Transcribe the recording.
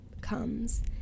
comes